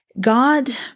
God